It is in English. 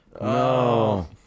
No